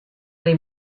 they